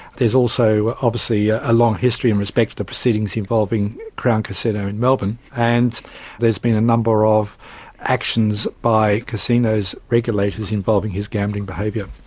there is also obviously a long history in respect to the proceedings involving crown casino in melbourne, and there has been a number of actions by casinos' regulators involving his gambling behaviour.